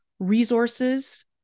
Resources